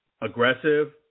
aggressive